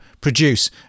produce